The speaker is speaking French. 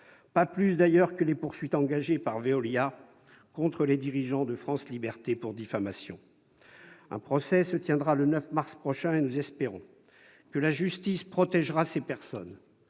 pas plus d'ailleurs que les poursuites engagées par Veolia contre les dirigeants de France Libertés pour diffamation. Un procès se tiendra le 9 mars prochain et nous espérons que la justice protégera ces personnes,